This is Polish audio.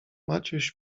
maciuś